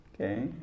Okay